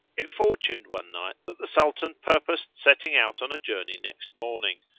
it fortuned one night that the sultan purposed setting out on a journey next morning,